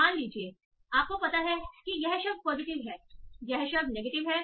मान लीजिए आपको पता है कि यह शब्द पॉजिटिव है यह शब्द नेगेटिव है